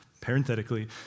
parenthetically